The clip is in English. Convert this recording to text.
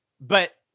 but-